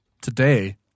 today